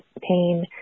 pain